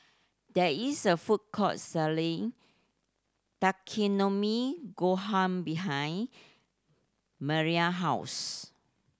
there is a food court selling Takikomi Gohan behind Maria house